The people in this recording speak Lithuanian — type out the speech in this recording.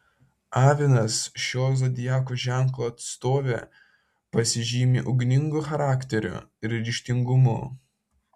avinas šio zodiako ženklo atstovė pasižymi ugningu charakteriu ir ryžtingumu